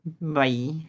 Bye